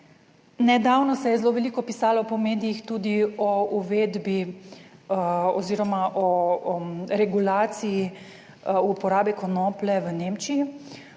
Nedavno se je zelo veliko pisalo po medijih tudi o uvedbi oziroma o regulaciji uporabe konoplje v Nemčiji.